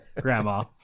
grandma